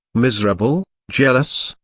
miserable, jealous,